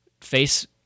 face